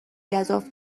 گزاف